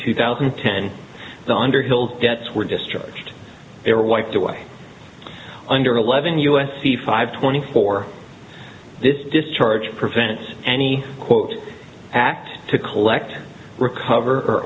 two thousand and ten the underhill debts were discharged they were wiped away under eleven u s c five twenty four this discharge prevents any quote act to collect recover